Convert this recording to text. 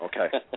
Okay